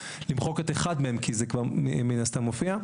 למחוק את אחד מהם כי זה כבר מן הסתם מופיע.